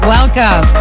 Welcome